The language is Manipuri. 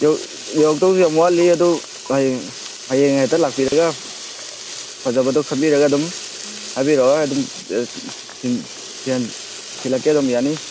ꯌꯧꯔꯛꯇꯧꯁꯨ ꯌꯥꯝ ꯋꯥꯠꯂꯤ ꯑꯗꯣ ꯍꯌꯦꯡ ꯍꯌꯦꯡ ꯍꯦꯛꯇ ꯂꯥꯛꯄꯤꯔꯒ ꯐꯖꯕꯗꯣ ꯈꯟꯕꯤꯔꯒ ꯑꯗꯨꯝ ꯍꯥꯏꯕꯤꯔꯛꯑꯣ ꯑꯗꯨꯝ ꯊꯤꯜꯂꯛꯀꯦ ꯑꯗꯨꯝ ꯌꯥꯅꯤ